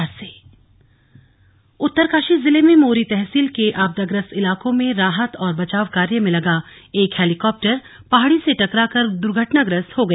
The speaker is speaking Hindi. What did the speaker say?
स्लग हेलीकॉप्टर क्रैश उत्तरकाशी जिले में मोरी तहसील के आपदाग्रस्त इलाके में राहत और बचाव कार्य में लगा एक हेलीकॉप्टर पहाड़ी से टकराकर दुर्घटनाग्रस्त हो गया